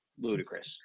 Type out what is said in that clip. ludicrous